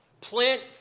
plant